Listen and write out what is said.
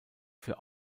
für